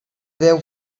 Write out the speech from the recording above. deu